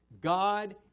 God